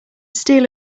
steel